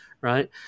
right